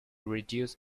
reduce